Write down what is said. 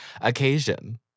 occasion